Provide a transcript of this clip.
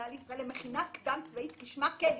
למכינה קדם צבאית, כשמה כן היא.